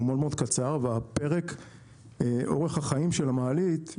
הוא מאוד מאוד קצר ואורך החיים של המעלית,